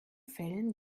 fällen